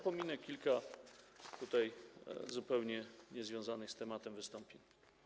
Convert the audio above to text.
Pominę kilka zupełnie niezwiązanych z tematem wystąpień.